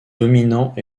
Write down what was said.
dominant